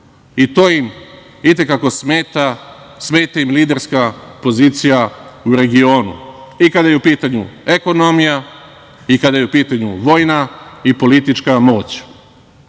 i to im i te kako smeta, smeta im liderska pozicija u regionu i kada je u pitanju ekonomija, i kada je u pitanju vojna i politička moć.